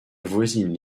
voisine